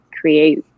create